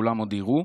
וכולם עוד יראו.